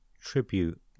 tribute